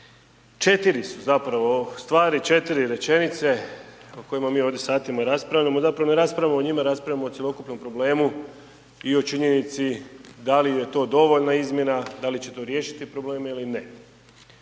4 su zapravo stvari, 4 rečenice o kojima mi ovdje satima raspravljamo, zapravo ne raspravljamo o njima, raspravljamo o cjelokupnom problemu i o činjenici da li je to dovoljna izmjena, da li će to riješiti probleme ili ne,